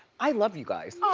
i love you guys. ah,